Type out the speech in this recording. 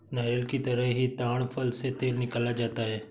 नारियल की तरह ही ताङ फल से तेल निकाला जाता है